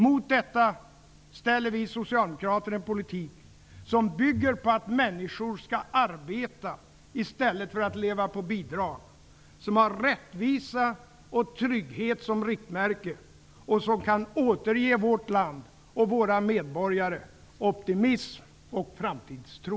Mot detta ställer vi socialdemokrater en politik som bygger på att människor skall arbeta i stället för att leva på bidrag, en politik som har rättvisa och trygghet som riktmärke och en politik som kan återge vårt land och dess medborgare optimism och framtidstro.